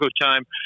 time